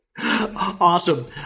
Awesome